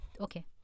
okay